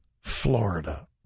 Florida